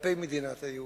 כלפי מדינת היהודים,